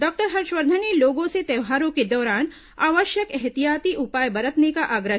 doctor Harshvardhan ने लोगों से त्योहारों के दौरान आवश्यक ऐहतियाती उपाय बरतने का आग्रह किया